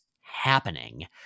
happening